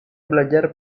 belajar